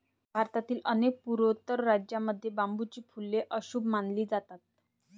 भारतातील अनेक पूर्वोत्तर राज्यांमध्ये बांबूची फुले अशुभ मानली जातात